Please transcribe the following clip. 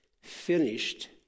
finished